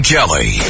Kelly